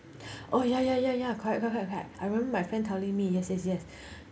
oh ya ya ya ya correct correct have have I remember my friend telling me yes yes yes